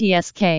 Tsk